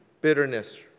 Bitterness